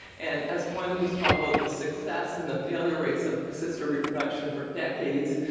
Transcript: and as one who's followed the success and the failure rates of assisted reproduction for decades,